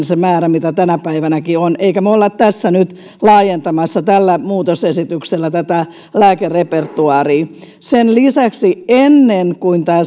se määrä mikä tänä päivänäkin on on kuitenkin aika rajoitteinen emmekä me ole tässä nyt laajentamassa tällä muutosesityksellä tätä lääkerepertuaaria sen lisäksi ennen kuin